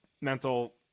mental